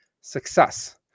success